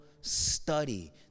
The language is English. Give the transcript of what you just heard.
study